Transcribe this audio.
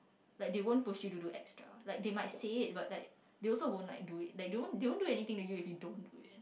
like they won't push you to do extra like they might say it but like they also won't like do it they won't won't do anything to you if you don't do it